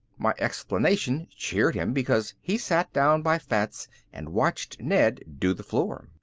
my explanation cheered him because he sat down by fats and watched ned do the floor.